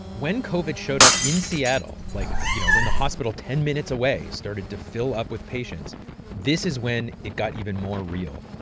when covid showed up in seattle like, you know, when the hospital ten minutes away started to fill up with patients this is when it got even more real.